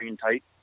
tight